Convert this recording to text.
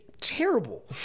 terrible